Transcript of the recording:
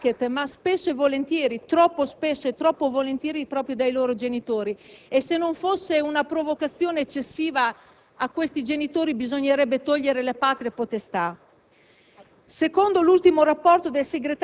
costretti dai *racket*, ma, spesso e volentieri (troppo spesso e troppo volentieri), proprio dai loro genitori. Se non fosse una provocazione eccessiva, bisognerebbe togliere la patria potestà